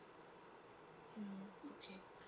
mm okay